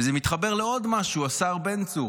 וזה מתחבר לעוד משהו, השר בן צור.